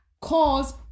cause